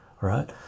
right